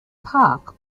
park